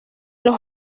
los